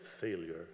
failure